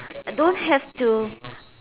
uh don't have to